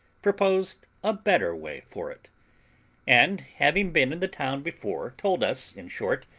proposed a better way for it and having been in the town before, told us, in short,